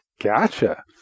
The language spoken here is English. Gotcha